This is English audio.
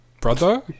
Brother